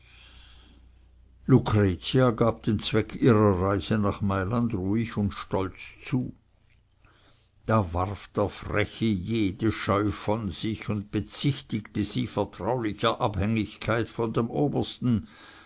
lucretia gab den zweck ihrer reise nach mailand ruhig und stolz zu da warf der freche jede scheu von sich und bezichtigte sie vertraulicher abhänglichkeit von dem obersten